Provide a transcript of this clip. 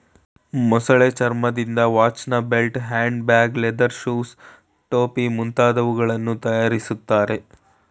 ಮೊಸಳೆ ಚರ್ಮದಿಂದ ವಾಚ್ನ belt, hand bag, leather shoes, ಟೋಪಿ ಮುಂತಾದವುಗಳನ್ನು ತರಯಾರಿಸ್ತರೆ